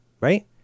right